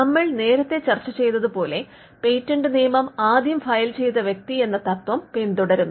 നമ്മൾ നേരത്തെ ചർച്ച ചെയ്തതു പോലെ പേറ്റന്റ് നിയമം ആദ്യം ഫയൽ ചെയ്ത വ്യക്തി എന്ന തത്ത്വം പിന്തുടരുന്നു